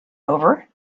over